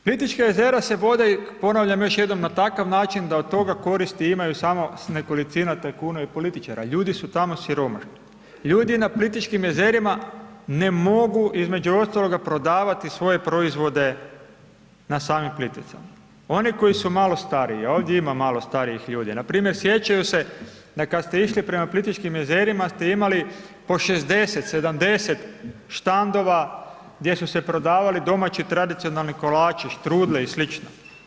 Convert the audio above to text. Plitvička jezera se vode ponavljam još jednom, na takav način da od toga koristi imaju samo nekolicina tajkuna i političara, ljudi su tamo siromašni, ljudi na Plitvičkim jezerima ne mogu između ostaloga prodavati svoje proizvode na samim Plitvicama, oni koji su malo stariji a ovdje ima malo starijih ljudi, npr. sjećaju se da kad ste išli prema Plitvičkim jezerima ste imali po 60, 70 štandova gdje su se prodavali domaći tradicionalni kolači, štrudle i slično.